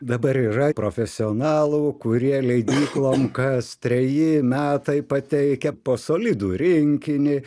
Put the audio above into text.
dabar yra profesionalų kurie leidyklom kas treji metai pateikia po solidų rinkinį